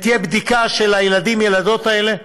תהיה בדיקה של הילדים/ילדות האלה,